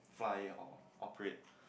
fly or operate